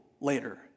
Later